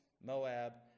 Moab